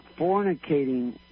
fornicating